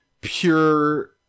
pure